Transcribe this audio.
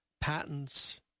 patents